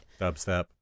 Dubstep